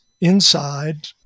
inside